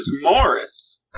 Morris